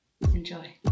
Enjoy